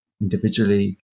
individually